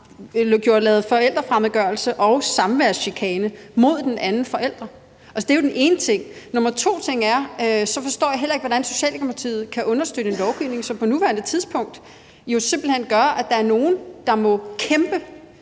lavet forælderfremmedgørelse og samværschikane mod den anden forælder. Det er den ene ting. Den anden ting er, at jeg ikke forstår, hvordan Socialdemokratiet kan understøtte en lovgivning, som på nuværende tidspunkt simpelt hen gør, at der er nogle, der må kæmpe